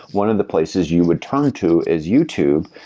one of the places you would turn to is youtube,